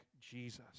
Jesus